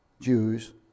Jews